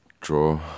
draw